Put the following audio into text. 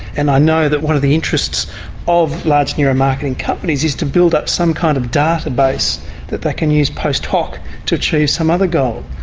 and i know that one of the interests of large neuromarketing companies is to build up some kind of data base that they can use post hoc to achieve some other goal.